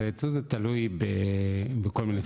אז הייצוא זה תלוי בכל מיני פקטורים.